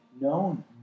known